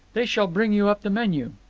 they shall bring you up the menu.